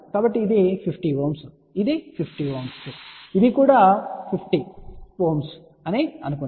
కాబట్టి ఇది 50 Ω ఇది 50 Ω ఇది కూడా 50 Ω అని అనుకుందాం